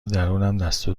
درونم، دستور